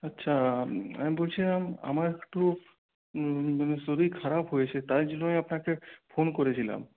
আচ্ছা আম আমি বলছিলাম আমার একটু শরীর খারাপ হয়েছে তাই জন্যই আপনাকে ফোন করেছিলাম